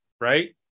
right